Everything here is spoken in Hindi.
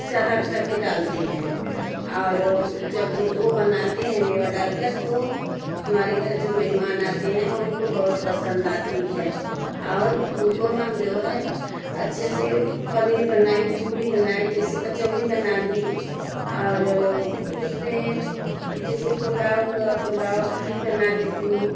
ज़्यादा कर के डालते हैं और वो जब वो बनाते हैं मेवा डाल कर तो हमारे घर जो मेहमान आते हैं उनको बहुत पसंद आती है और उनको हम जो है अच्छे से पनीर बनाई पूरी बनाई जैसे कचौरी बना दी और उसमें जैसे पुलाव हुआ पुलाव भी बना देती हूँ